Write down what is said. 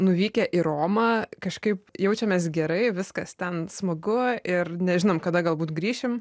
nuvykę į romą kažkaip jaučiamės gerai viskas ten smagu ir nežinom kada galbūt grįšim